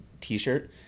t-shirt